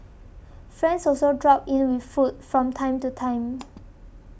friends also drop in with food from time to time